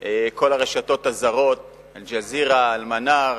כל הרשתות הזרות, "אל-ג'זירה", "אל-מנאר"